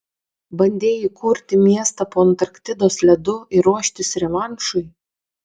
bandei įkurti miestą po antarktidos ledu ir ruoštis revanšui